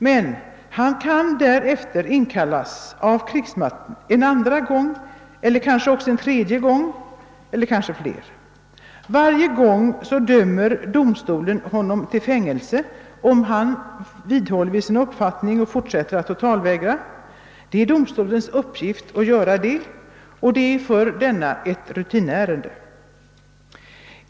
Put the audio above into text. Men sedan kanske han inkallas av krigsmakten en andra gång, en tredje gång eller fler gånger. Vid varje tillfälle dömer domstolen honom till fängelse om han vidhåller sin uppfattning och fortsätter att totalvägra — det är domstolens uppgift att göra det, och det är för den ett rutinärende.